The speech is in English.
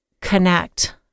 connect